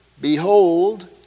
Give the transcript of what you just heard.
Behold